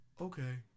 okay